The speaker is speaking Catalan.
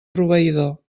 proveïdor